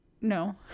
No